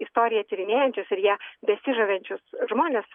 istoriją tyrinėjančius ir ją besižavinčius žmones